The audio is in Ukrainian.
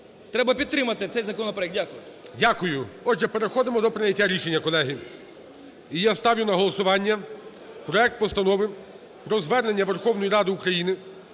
Треба підтримати цей законопроект. Дякую. ГОЛОВУЮЧИЙ. Дякую. Отже, переходимо до прийняття рішення, колеги. І я ставлю на голосування проект Постанови про Звернення Верховної Ради України